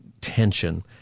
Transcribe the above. tension